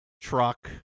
truck